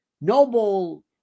noble